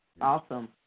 Awesome